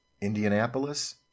Indianapolis